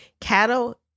Cattle